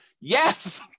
Yes